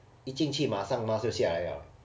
一进去马上 mask 就下来 liao